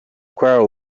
quarrel